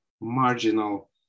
marginal